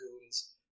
goons